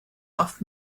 oft